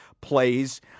plays